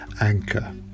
Anchor